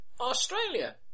Australia